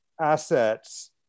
assets